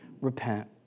Repent